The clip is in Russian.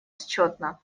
счетно